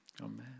Amen